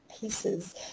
pieces